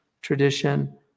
tradition